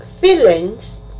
Feelings